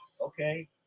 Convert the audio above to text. okay